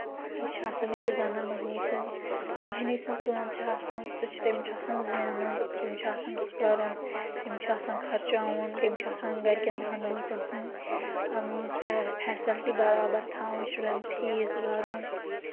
یہِ چھےٚ آسَان أکِس زَن مۄہنیو سٕنٛز مۄہنیو سٕنٛز کٲم چھِ آسَان سُہ چھِ تٔمِس چھُ آسان زینُن تٔمِس چھُ آسَان کَرُن تٔمِس چھُ آسَان خرچاوُن تٔمِس چھِ آسان گَرِکؠن دَہَن بٲژَن ہٕنٛز فیسَلٹی برابر تھاوٕنۍ شُرؠن فیٖس بَرُن